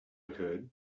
could